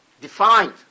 defined